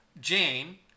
Jane